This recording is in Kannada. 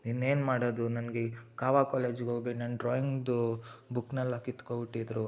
ಇನ್ನೇನು ಮಾಡೋದು ನನಗೆ ಕಾವಾ ಕಾಲೇಜಗೆ ಹೋಗಿ ನಂದು ಡ್ರಾಯಿಂಗ್ದು ಬುಕ್ನೆಲ್ಲ ಕಿತ್ಕೊಂಬಿಟ್ಟಿದ್ರು